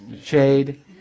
shade